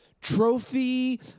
Trophy